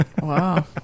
Wow